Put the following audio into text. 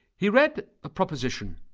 he read a proposition.